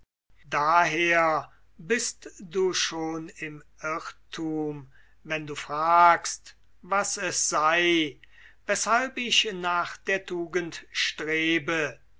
daher bist du schon im irrthum wenn du fragst was es sei weshalb ich nach der tugend strebe